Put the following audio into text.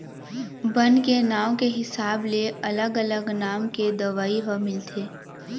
बन के नांव के हिसाब ले अलग अलग नाम के दवई ह मिलथे